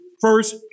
first